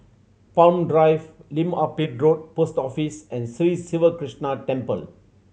Palm Drive Lim Ah Pin Road Post Office and Sri Siva Krishna Temple